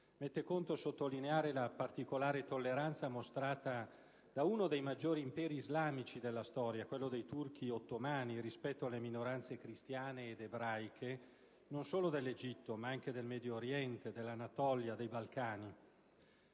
Mette conto sottolineare la particolare tolleranza mostrata da uno dei maggiori imperi islamici della storia, quello dei turchi ottomani, rispetto alle minoranze cristiane (ed ebraiche) non solo dell'Egitto, ma anche del Medio Oriente, dell'Anatolia e dei Balcani.